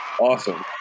Awesome